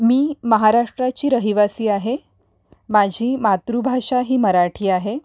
मी महाराष्ट्राची रहिवासी आहे माझी मातृभाषा ही मराठी आहे